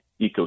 ecosystem